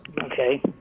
Okay